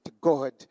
God